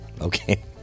Okay